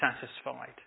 satisfied